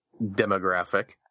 demographic